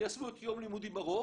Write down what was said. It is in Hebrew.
תיישמו את יום לימודים ארוך,